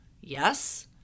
Yes